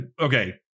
okay